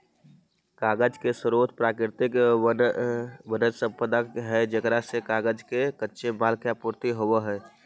कागज के स्रोत प्राकृतिक वन्यसम्पदा है जेकरा से कागज के कच्चे माल के आपूर्ति होवऽ हई